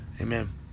amen